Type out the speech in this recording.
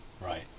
Right